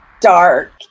dark